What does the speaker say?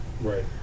Right